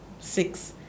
six